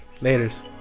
Later's